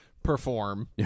perform